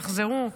יחזרו,